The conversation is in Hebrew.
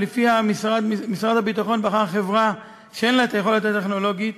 שלפיה משרד הביטחון בחר חברה שאין לה היכולת הטכנולוגית,